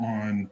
on